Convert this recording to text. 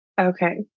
Okay